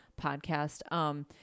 podcast